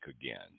again